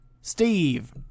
Steve –